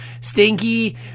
stinky